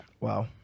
Wow